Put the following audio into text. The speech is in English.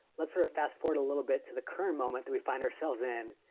let's sort of fast forward a little bit to the current moment that we find ourselves in.